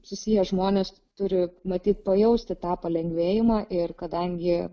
susiję žmonės turi matyt pajausti tą palengvėjimą ir kadangi